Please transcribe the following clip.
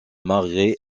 marée